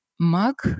Mug